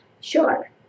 sure